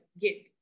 get